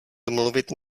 domluvit